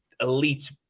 elite